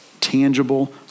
tangible